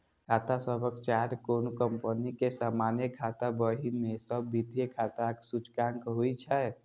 खाता सभक चार्ट कोनो कंपनी के सामान्य खाता बही मे सब वित्तीय खाताक सूचकांक होइ छै